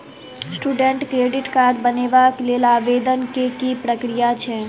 Student credit card बनेबाक लेल आवेदन केँ की प्रक्रिया छै?